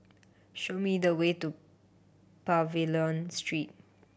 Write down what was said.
show me the way to Pavilion Street